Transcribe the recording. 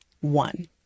one